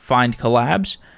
findcollabs.